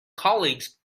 colleagues